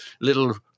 little